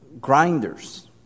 grinders